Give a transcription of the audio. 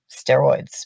steroids